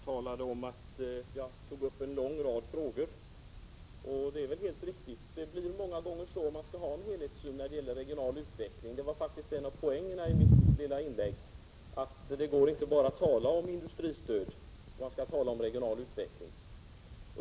Herr talman! Marianne Stålberg talade om att jag tog upp en lång rad frågor. Det är helt riktigt. Det blir många gånger så om man skall ha en helhetssyn när det gäller regional utveckling. Det var faktiskt en av poängerna i mitt lilla inlägg — att det inte går att tala bara om industristöd om man skall tala om regional utveckling.